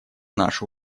наши